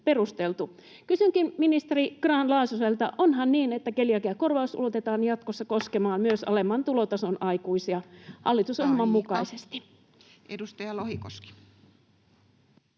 Kysynkin ministeri Grahn-Laasoselta: onhan niin, että keliakiakorvaus ulotetaan jatkossa koskemaan myös alemman tulotason aikuisia hallitusohjelman mukaisesti? Aika. — Edustaja Lohikoski.